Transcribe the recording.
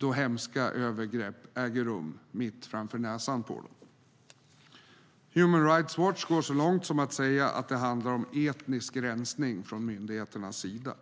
när hemska övergrepp äger rum mitt framför näsan på dem. Human Rights Watch går så långt som att säga att det handlar om etnisk rensning från myndigheternas sida.